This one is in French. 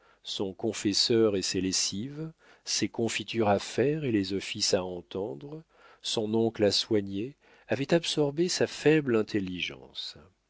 son confesseur et ses lessives ses confitures à faire et les offices à entendre son oncle à soigner avaient absorbé sa faible intelligence